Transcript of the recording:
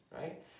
right